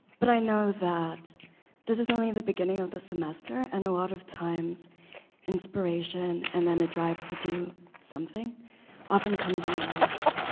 but i know that this is only the beginning of the semester and a lot of times inspiration and then a drive to do something often comes in waves.